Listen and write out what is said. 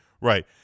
Right